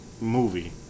movie